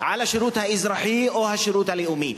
על השירות האזרחי או על השירות הלאומי.